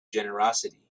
generosity